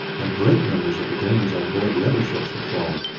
and great numbers of the danes on board the other ships had fallen.